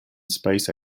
space